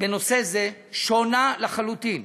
בנושא זה שונה לחלוטין